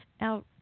Now